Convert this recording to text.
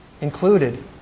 included